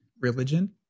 religion